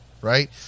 right